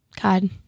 God